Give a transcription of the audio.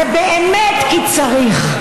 זה באמת כי צריך,